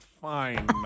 fine